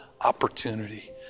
opportunity